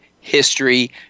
history